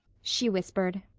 she whispered.